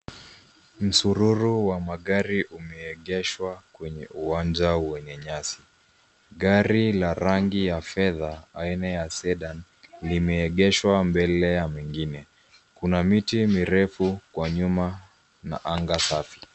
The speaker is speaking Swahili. Msururu wa magari umeegeshwa kwenye uwanja wenye nyasi. Gari la rangi ya fedha aina ya sedan , limeegeshwa mbele ya mengine. Kuna miti mirefu kwa nyuma na anga safi.